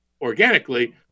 organically